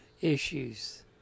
issues